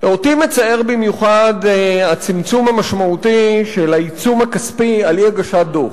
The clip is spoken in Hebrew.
אותי מצער במיוחד הצמצום המשמעותי של העיצום הכספי על אי-הגשת דוח.